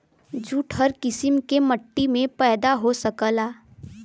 jute हर किसिम के मट्टी में पैदा हो सकला